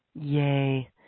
yay